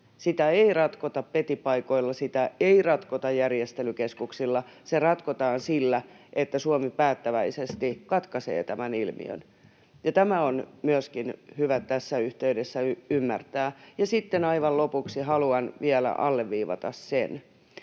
Sitä ei ratkota petipaikoilla, sitä ei ratkota järjestelykeskuksilla, se ratkotaan sillä, että Suomi päättäväisesti katkaisee tämän ilmiön, ja tämä on myöskin hyvä tässä yhteydessä ymmärtää. Sitten aivan lopuksi haluan vielä alleviivata sen,